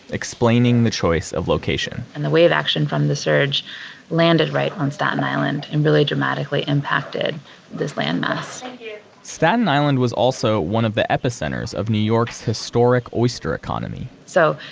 explaining the choice of location and the wave action from the surge landed right on staten island, and really dramatically impacted this landmass staten island was also one of the epicenters of new york's historic oyster economy so,